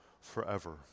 forever